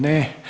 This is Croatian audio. Ne.